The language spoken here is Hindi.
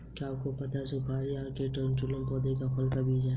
क्या आपको पता है सुपारी अरेका कटेचु पौधे के फल का बीज है?